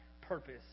purpose